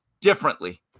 differently